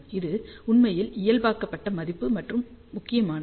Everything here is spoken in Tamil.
இது உண்மையில் இயல்பாக்கப்பட்ட மதிப்பு மற்றும் முக்கியமானது